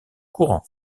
courant